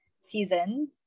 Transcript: season